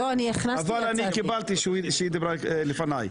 אבל אני קיבלתי שהיא דיברה לפניי.